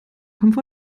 billig